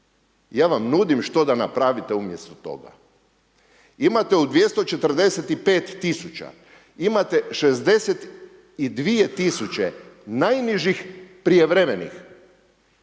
ja vam nudim što da napravite umjesto toga. Imate u 245 000, 62 000 najnižih prijevremenih,